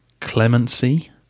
clemency